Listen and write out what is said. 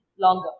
longer